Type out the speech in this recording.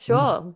Sure